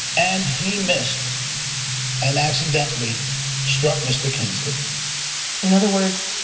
and he missed and accidentally struck mr. kinsley in other words,